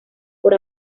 por